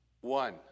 one